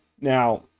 now